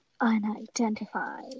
unidentified